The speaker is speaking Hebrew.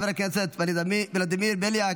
חבר הכנסת ולדימיר בליאק,